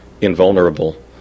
invulnerable